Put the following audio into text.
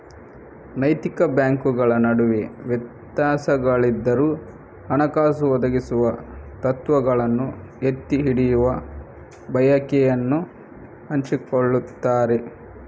ನೈತಿಕ ಬ್ಯಾಂಕುಗಳ ನಡುವೆ ವ್ಯತ್ಯಾಸಗಳಿದ್ದರೂ, ಹಣಕಾಸು ಒದಗಿಸುವ ತತ್ವಗಳನ್ನು ಎತ್ತಿ ಹಿಡಿಯುವ ಬಯಕೆಯನ್ನು ಹಂಚಿಕೊಳ್ಳುತ್ತಾರೆ